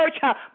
church